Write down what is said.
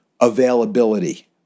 availability